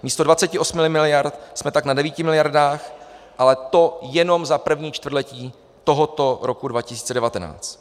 Místo 28 miliard jsme tak na 9 miliardách, ale to jenom za první čtvrtletí tohoto roku 2019.